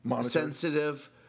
sensitive